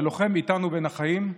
הלוחם איתנו, בין החיים,